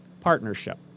partnership